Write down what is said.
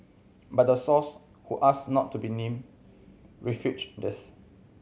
but the source who asked not to be named refuted this